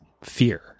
fear